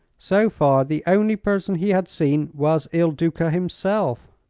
so far, the only person he had seen was il duca himself.